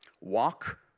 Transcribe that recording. walk